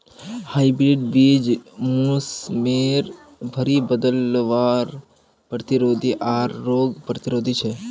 hybrid बीज मोसमेर भरी बदलावर प्रतिरोधी आर रोग प्रतिरोधी छे